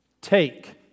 take